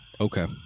Okay